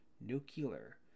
Nuclear